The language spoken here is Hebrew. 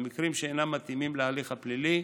במקרים שאינם מתאימים להליך הפלילי.